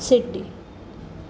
Sydney